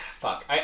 fuck